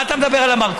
מה אתה מדבר על המרכולים?